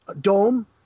dome